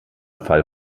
fall